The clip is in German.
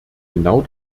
genau